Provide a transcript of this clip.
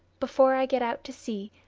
before i get out to sea,